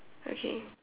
okay